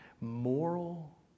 Moral